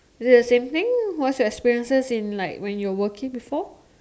is it the same thing what's your experiences in like when you're working before